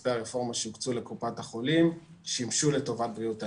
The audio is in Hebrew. כספי הרפורמה שהוקצו לקופות החולים שימשו לטובת בריאות הנפש.